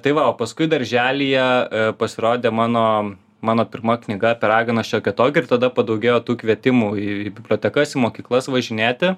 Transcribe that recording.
tai va o paskui darželyje pasirodė mano mano pirma knyga apie raganą šiokią tokią ir tada padaugėjo tų kvietimų į bibliotekas mokyklas važinėti